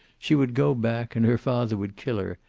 she would go back, and her father would kill her,